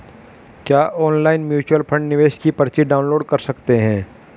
क्या online mutual fund निवेश की पर्ची डाउनलोड कर सकते हैं?